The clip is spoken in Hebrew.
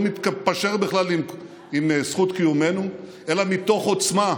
מתפשר בכלל עם זכות קיומנו אלא מתוך עוצמה.